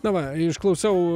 na va išklausiau